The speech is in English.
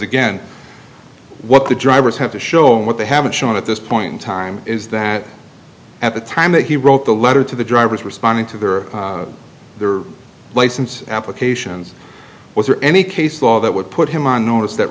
again what the drivers have to show and what they haven't shown at this point in time is that at the time that he wrote the letter to the drivers responding to their license applications was there any case law that would put him on notice that